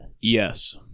Yes